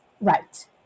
Right